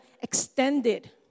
extended